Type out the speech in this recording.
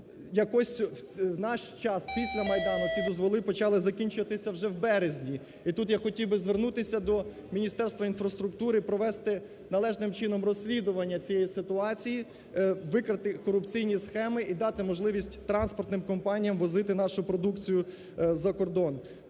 Якось в наш час після Майдану, ці дозволи почали закінчуватися вже в березні. І тут я хотів би звернутися до Міністерства інфраструктури, провести належним чином розслідування цієї ситуації, викрити корупційні схеми, і дати можливість транспортним компаніям возити нашу продукцію закордон.